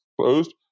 closed